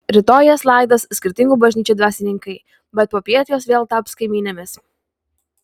rytoj jas laidos skirtingų bažnyčių dvasininkai bet popiet jos vėl taps kaimynėmis